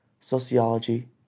sociology